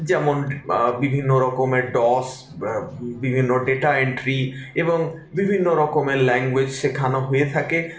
যেমন বিভিন্ন রকমের ডস বিভিন্ন ডেটা এন্ট্রি এবং বিভিন্ন রকমের ল্যাঙ্গুয়েজ শেখানো হয়ে থাকে